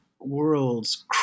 worlds